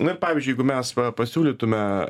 na ir pavyzdžiui jeigu mes pasiūlytume